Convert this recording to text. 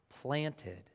planted